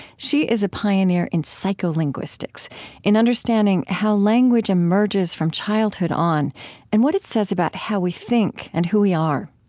she is a pioneer in psycholinguistics in understanding how language emerges from childhood on and what it says about how we think and who we are.